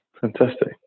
Fantastic